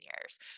years